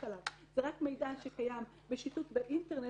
עליו זה רק מידע שקיים בשיטוט באינטרנט,